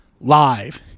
live